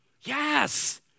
Yes